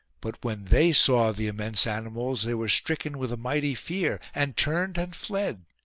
but when they saw the immense animals they were stricken with a mighty fear and turned and fled.